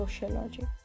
sociology